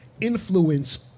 influence